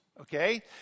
Okay